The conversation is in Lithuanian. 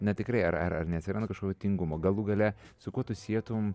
na tikrai ar ar neatsiranda kažkokio tingumo galų gale su kuo tu sietum